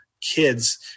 kids